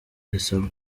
risaba